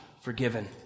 forgiven